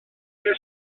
beth